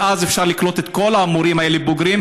ואז אפשר לקלוט את כל המורים הבוגרים